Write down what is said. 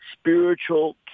spiritual